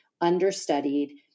understudied